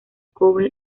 cobre